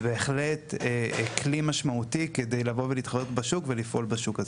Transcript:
זה בהחלט כלי משמעותי כדי לבוא ולהתחרות בשוק ולפעול בשוק הזה.